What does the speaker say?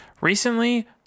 Recently